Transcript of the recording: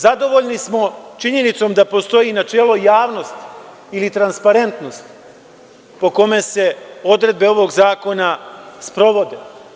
Zadovoljni smo činjenicom da postoji načelo javnosti ili transparentnosti po kome se odredbe ovog zakona sprovode.